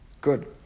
Good